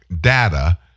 data